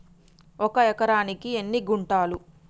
ఒక ఎకరానికి ఎన్ని గుంటలు?